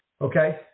Okay